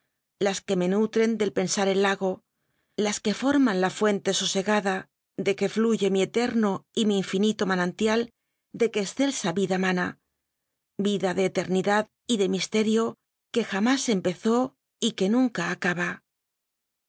las que me nutren del pensar el lago las que forman la fuente sosegada de que fluye mi eterno y mi infinito manantial de que excelsa vida mana vida de eternidad y de misterio que jamás empezó y que nunca acaba